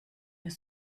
mehr